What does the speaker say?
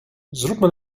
zróbmy